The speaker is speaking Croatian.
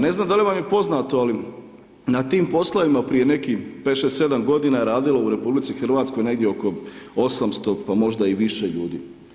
Ne znam da li vam je poznato, ali na tim poslovima prije nekih 5, 6, 7 godina je radilo u RH negdje oko 800, pa možda i više ljudi.